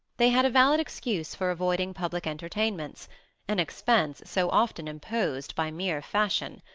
they had a valid excuse for avoiding public entertainments an expense so often imposed by mere fashion.